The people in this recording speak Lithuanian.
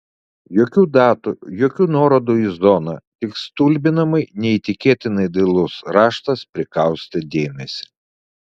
jokių datų jokių nuorodų į zoną tik stulbinamai neįtikėtinai dailus raštas prikaustė dėmesį